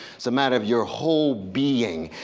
it's a matter of your whole being,